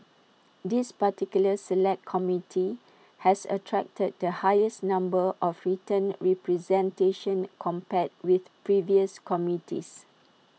this particular Select Committee has attracted the highest number of written representations compared with previous committees